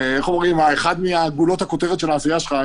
אחת מגולות הכותרת של העשייה שלך.